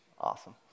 Awesome